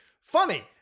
Funny